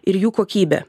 ir jų kokybę